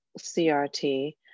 CRT